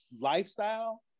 lifestyle